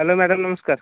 hello madam ନମସ୍କାର